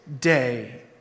day